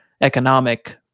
economic